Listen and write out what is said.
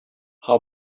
how